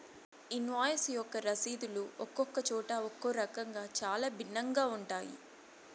invoice యొక్క రసీదులు ఒక్కొక్క చోట ఒక్కో రకంగా చాలా భిన్నంగా ఉంటాయి